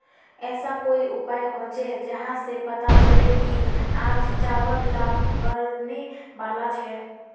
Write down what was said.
ऐसा कोई उपाय होचे जहा से पता चले की आज चावल दाम बढ़ने बला छे?